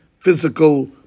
physical